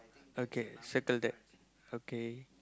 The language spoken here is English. okay settle that okay